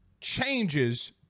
changes